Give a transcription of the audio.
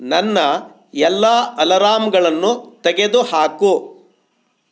ನನ್ನ ಎಲ್ಲ ಅಲರಾಂಗಳನ್ನು ತೆಗೆದುಹಾಕು